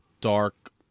dark